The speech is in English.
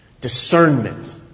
discernment